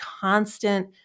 constant